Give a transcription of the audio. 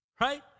right